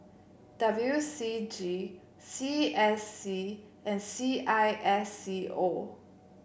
W C G C S C and C I S C O